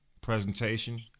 presentation